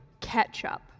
ketchup